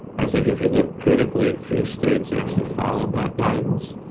i think if you look critically, few states actually followed that guidance.